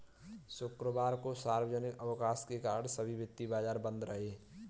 शुक्रवार को सार्वजनिक अवकाश के कारण सभी वित्तीय बाजार बंद रहे